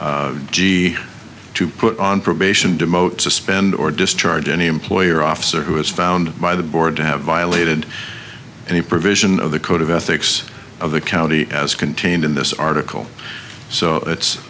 g to put on probation demote suspend or discharge any employer officer who is found by the board to have violated any provision of the code of ethics of the county as contained in this article so it's